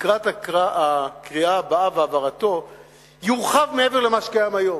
לקראת הקריאה הבאה והעברתו יורחב מעבר למה שקיים היום.